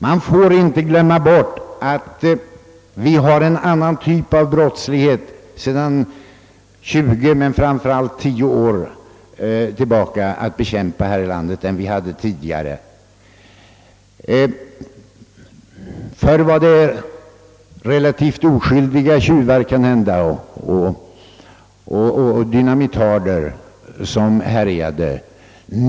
Vi får inte glömma bort att vi sedan ungefär tio år tillbaka har en annan typ av brottslighet att bekämpa här i landet än vi hade tidigare. Förr var det relativt oskyldiga tjuvar och dynamitarder som härjade.